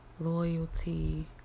loyalty